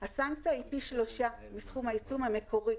הסנקציה היא פי שלושה מסכום העיצום המקורי.